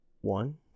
One